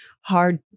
hard